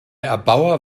erbauer